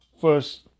First